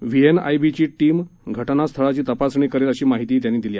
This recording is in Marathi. व्हीएनआयबीची टीम घटनास्थळाची तपासणी करेल अशी माहितीही त्यांनी दिली